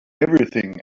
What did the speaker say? everything